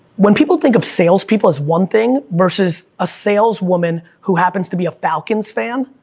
when people think of salespeople as one thing, versus a saleswoman who happens to be a falcons fan,